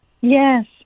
Yes